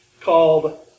called